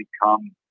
become